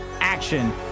action